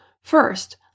First